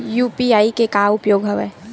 UPI के का उपयोग हवय?